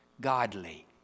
godly